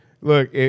look